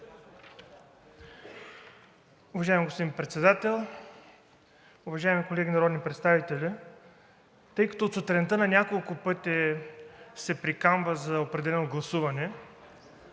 Уважаеми господин Председател, уважаеми колеги народни представители! Тъй като от сутринта на няколко пъти се приканва за определено гласуване,